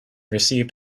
received